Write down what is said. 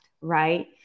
right